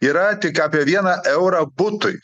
yra tik apie vieną eurą butui